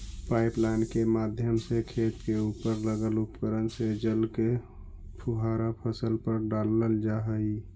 pipeline के माध्यम से खेत के उपर लगल उपकरण से जल के फुहारा फसल पर डालल जा हइ